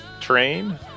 train